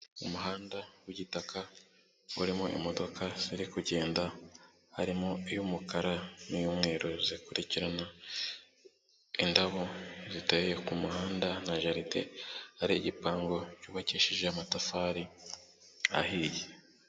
Umuhanda w'igitaka urimo imodoka ziri kugenda harimo iy'umukara n'iy'umweru zikurikirana, indabo ziteye ku muhanda na jaride, hari igipangu cyubakishije amatafari ahiye.